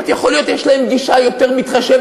אמרתי: יכול להיות יש להם גישה יותר מתחשבת,